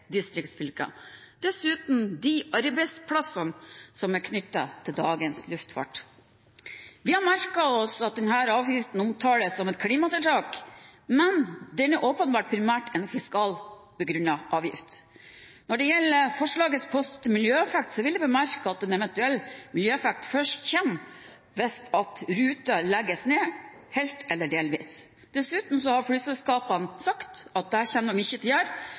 og dessuten de arbeidsplassene som er knyttet til dagens luftfart. Vi har merket oss at denne avgiften omtales som et klimatiltak, men den er åpenbart primært en fiskalt begrunnet avgift. Når det gjelder forslagets påståtte miljøeffekt, vil jeg bemerke at en eventuell miljøeffekt først kommer hvis ruter legges ned helt eller delvis. Dessuten har flyselskapene sagt at det kommer de ikke til